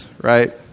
Right